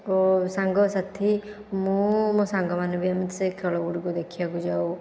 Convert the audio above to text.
ଓ ସାଙ୍ଗସାଥି ମୁଁ ମୋ ସାଙ୍ଗମାନେ ବି ଆମେ ସେ ଖେଳ ଗୁଡ଼ିକୁ ଦେଖିବାକୁ ଯାଉ